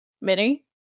Minnie